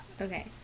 Okay